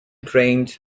trains